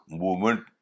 movement